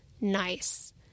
nice